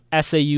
SAU